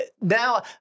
now